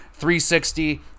360